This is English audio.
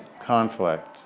conflict